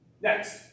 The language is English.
Next